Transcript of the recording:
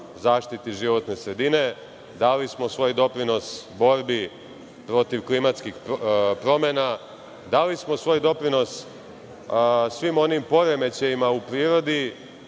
zaštiti životne sredine. Dali smo svoj doprinos borbi protiv klimatskih promena, dali smo svoj doprinos svim onim poremećajima u prirodu